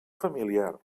familiar